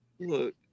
Look